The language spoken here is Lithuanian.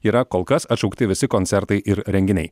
yra kol kas atšaukti visi koncertai ir renginiai